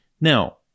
Now